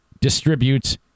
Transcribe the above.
distributes